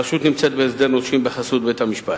הרשות נמצאת בהסדר נושים בחסות בית-המשפט.